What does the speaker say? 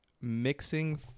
mixing